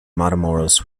matamoros